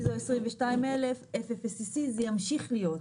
ISO 22000, FFC, זה ימשיך להיות.